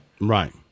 Right